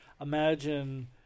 imagine